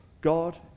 God